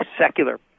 secular